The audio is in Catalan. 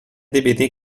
dividir